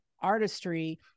artistry